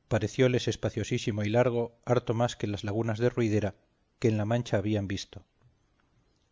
visto parecióles espaciosísimo y largo harto más que las lagunas de ruidera que en la mancha habían visto